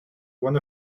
one